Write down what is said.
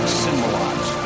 symbolize